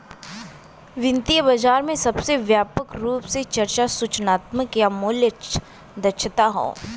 वित्तीय बाजार में सबसे व्यापक रूप से चर्चा सूचनात्मक या मूल्य दक्षता हौ